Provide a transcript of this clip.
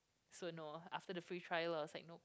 so no after the free trial I was like no